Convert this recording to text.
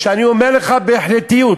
אני אומר לך בהחלטיות.